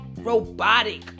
Robotic